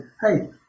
hey